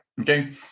Okay